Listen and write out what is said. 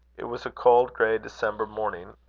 it was a cold grey december morning,